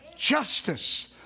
justice